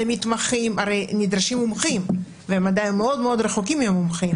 הרי נדרשים מומחים והם עדיין מאוד מאוד רחוקים ממומחים,